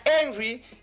angry